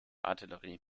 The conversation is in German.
artillerie